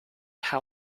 how